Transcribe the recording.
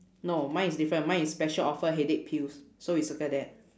no mine is different mine is special offer headache pills so we circle that